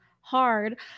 hard